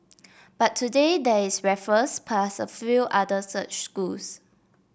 but today there is Raffles plus a few other such schools